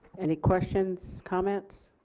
any questions comments?